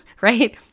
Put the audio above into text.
right